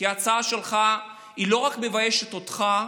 כי ההצעה שלך לא רק מביישת אותך,